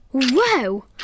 whoa